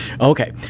Okay